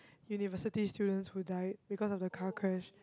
university students who die because of the car crash